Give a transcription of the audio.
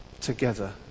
together